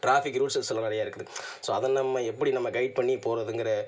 traffic rules எல்லாம் நிறையா இருக்குது ஸோ அதை நம்ம எப்படி நம்ம கைட் பண்ணி போகிறதுங்கிற